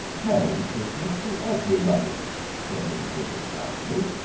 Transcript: merry christmas to everybody said little billee proudly.